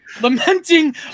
lamenting